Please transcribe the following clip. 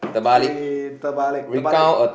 say terbalik terbalik